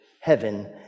heaven